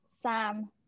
Sam